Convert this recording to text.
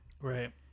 Right